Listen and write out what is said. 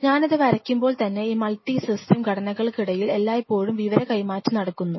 ഞാൻ ഇത് വരക്കുമ്പോൾ തന്നെ ഈ മൾട്ടി സിസ്റ്റം ഘടനകൾക്കിടയിൽ എല്ലായ്പ്പോഴും വിവര കൈമാറ്റം നടക്കുന്നു